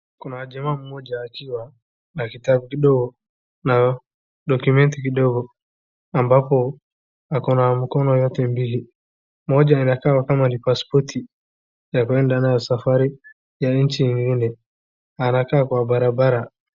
Kuna jamaa mmoja akiwa na kitabu kidogo na dokumenti kidogo ambapo akona mikono yote miwili. Moja inakaa kama paspoti ya kuenda nayo safari ya nchi nyingine. Anakaa kwa barabara.